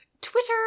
Twitter